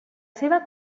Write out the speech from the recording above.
seva